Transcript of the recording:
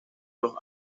los